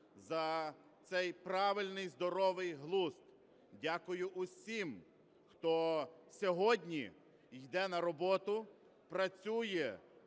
за цей правильний здоровий глузд. Дякую усім, хто сьогодні йде на роботу, працює